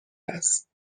است